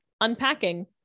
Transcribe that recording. Unpacking